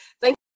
thank